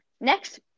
next